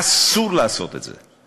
אסור לעשות את זה.